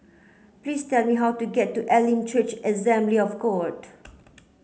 please tell me how to get to Elim Church Assembly of God